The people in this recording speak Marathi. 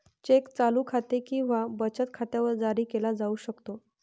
चेक चालू खाते किंवा बचत खात्यावर जारी केला जाऊ शकतो